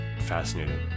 fascinating